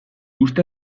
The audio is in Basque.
uste